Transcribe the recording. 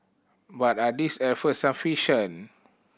but are these efforts sufficient